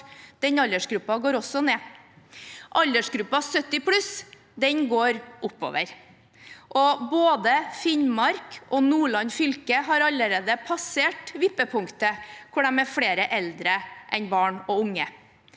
Den aldersgruppen går også ned. Aldersgruppen 70 pluss går opp. Både Finnmark og Nordland fylke har allerede passert vippepunktet hvor de er flere eldre enn barn og unge.